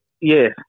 yes